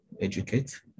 educate